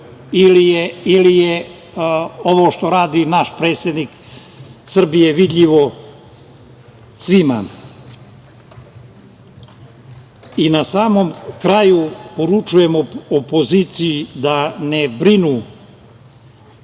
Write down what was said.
ili je ovo što radi naš predsednik Srbije vidljivo svima? Na samom kraju, poručujemo opoziciji da ne brinu